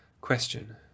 Question